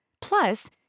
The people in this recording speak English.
Plus